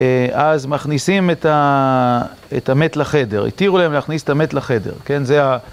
אז מכניסים את המת לחדר, התירו להם להכניס את המת לחדר, כן?